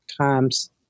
Times